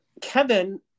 Kevin